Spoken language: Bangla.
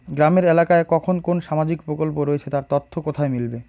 গ্রামের এলাকায় কখন কোন সামাজিক প্রকল্প রয়েছে তার তথ্য কোথায় মিলবে?